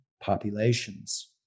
populations